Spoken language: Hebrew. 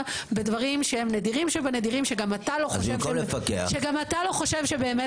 בדברים שהם נדירים שבנדירים שגם אתה לא חושב שבאמת